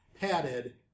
padded